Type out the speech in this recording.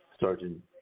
Sergeant